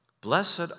Blessed